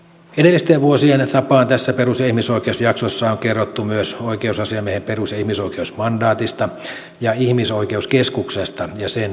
edellisten vuosien tapaan tässä perus ja ihmisoikeusjaksossa on kerrottu myös oikeusasiamiehen perus ja ihmisoikeusmandaatista ja ihmisoikeuskeskuksesta ja sen toiminnasta